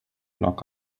lock